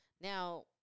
Now